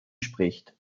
spricht